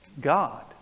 God